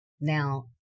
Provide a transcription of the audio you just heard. Now